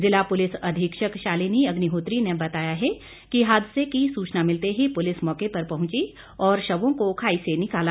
जिला पुलिस अधीक्षक शालिनी अग्निहोत्री ने बताया कि हादसे की सूचना मिलते ही पुलिस मौके पर पहुंची और शवों को खाई से निकाला